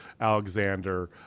Alexander